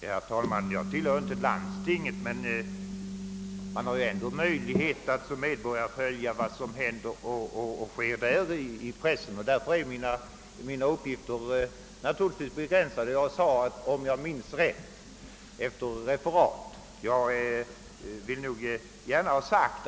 Herr talman! Jag tillhör inte landstinget — det är riktigt — men varje medborgare har ju möjlighet att i pressen följa vad som där händer och sker. När jag sade »om jag minns rätt», så menade jag efter att ha läst referatet.